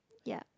ya